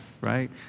Right